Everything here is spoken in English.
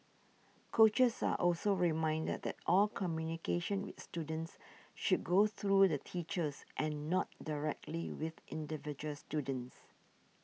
coaches are also reminded that all communication with students should go through the teachers and not directly with individual students